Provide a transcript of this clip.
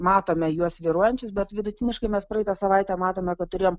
matome juos svyruojančius bet vidutiniškai mes praeitą savaitę matome kad turėjom